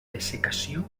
dessecació